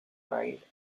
cried